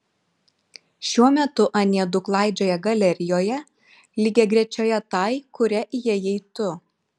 šiuo metu anie du klaidžioja galerijoje lygiagrečioje tai kuria įėjai tu